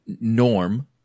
Norm